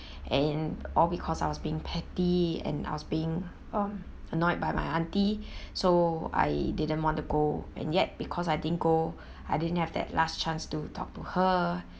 and all because I was being petty and I was being um annoyed by my auntie so I didn't want to go and yet because I didn't go I didn't have that last chance to talk to her